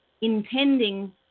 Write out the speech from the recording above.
intending